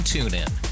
TuneIn